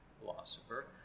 philosopher